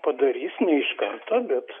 padarys ne iš karto bet